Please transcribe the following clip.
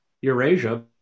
Eurasia